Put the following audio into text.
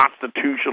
constitutional